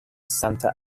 santa